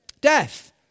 Death